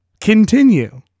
Continue